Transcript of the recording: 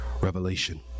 revelation